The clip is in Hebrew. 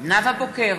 נאוה בוקר,